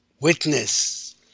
witness